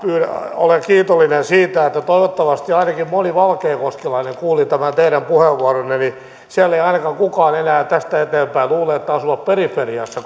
olen kiitollinen siitä jos toivottavasti ainakin moni valkeakoskelainen kuuli tämän teidän puheenvuoronne siellä ei ainakaan kukaan enää tästä eteenpäin luule että he asuvat periferiassa